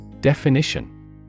Definition